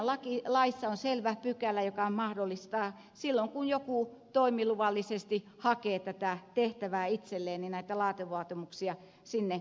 meidän laissamme on selvä pykälä joka antaa mahdollisuuden silloin kun joku toimiluvallisesti hakee tätä tehtävää itselleen näitä laatuvaatimuksia sinne asettaa